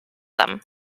them